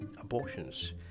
abortions